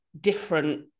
different